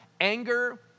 Anger